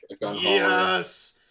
yes